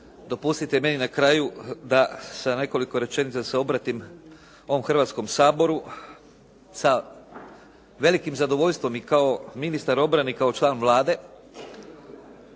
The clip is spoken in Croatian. dopustite i meni na kraju da sa nekoliko rečenica se obratim ovom Hrvatskom saboru sa velikim zadovoljstvom i kao ministar obrane i kao član Vlade.